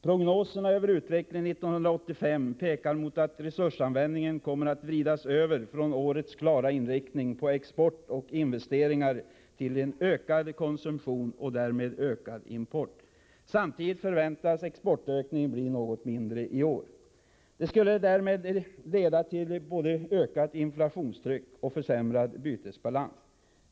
Prognoserna över utvecklingen 1985 pekar mot att resursanvändningen kommer att vridas över från årets klara inriktning på export och investeringar till ökad konsumtion och därmed ökad import. Samtidigt förväntas exportökningen bli något mindre i år. Detta skulle leda till både ökat inflationstryck och försämrad bytesbalans.